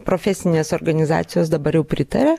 profesinės organizacijos dabar jau pritaria